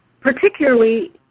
particularly